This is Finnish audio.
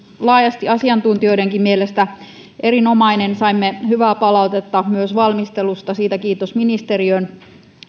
laajasti asiantuntijoidenkin mielestä erinomainen saimme hyvää palautetta myös valmistelusta siitä kiitos ministeriöön